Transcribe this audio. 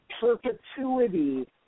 perpetuity